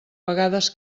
vegades